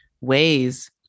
ways